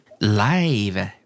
live